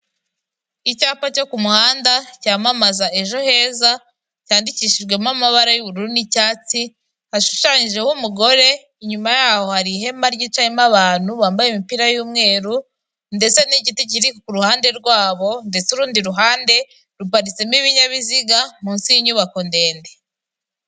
Icyapa cyo ku muhanda cyamamaza ejo heza, cyandikishijwemo amabara y'ubururu n'icyatsi, hashushanyijeho umugore, inyuma yaho hari ihema ryicayemo abantu bambaye imipira y'umweru ndetse n'igiti kiri ku ruhande rwabo ndetse urundi ruhande ruparitsemo ibinyabiziga munsi y'inyubako ndende.